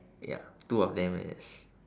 ya two of them yes